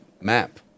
map